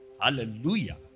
Hallelujah